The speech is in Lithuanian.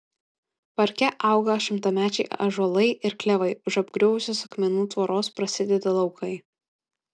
parke auga šimtamečiai ąžuolai ir klevai už apgriuvusios akmenų tvoros prasideda laukai